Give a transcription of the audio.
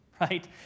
right